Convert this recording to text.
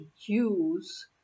use